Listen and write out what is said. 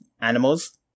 animals